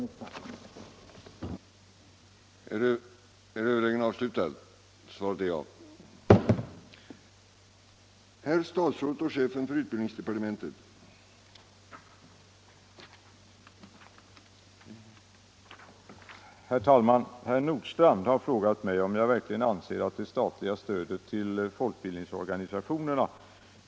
ningsorgansationerna Överläggningen var härmed slutad.